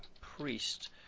priest